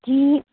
جی